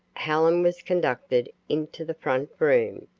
helen was conducted into the front room,